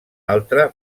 altre